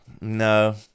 no